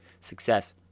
success